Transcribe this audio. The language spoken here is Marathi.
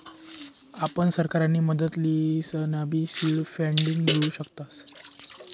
आपण सरकारनी मदत लिसनबी सीड फंडींग मियाडू शकतस